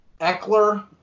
Eckler